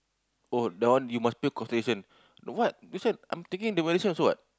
oh that one you must pay concession what this one I'm taking the medicine also what